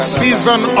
season